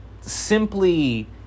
simply